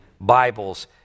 Bibles